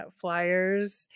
Flyers